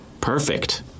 Perfect